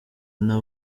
nta